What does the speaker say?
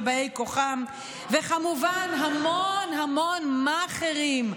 ובאי כוחן, וכמובן המון המון מאכערים,